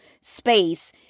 space